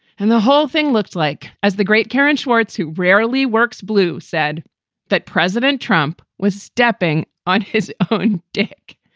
and the whole thing looks like as the great karen schwartz, who rarely works blue, said that president trump was stepping on his own dick.